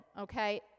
okay